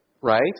right